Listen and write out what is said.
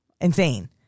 insane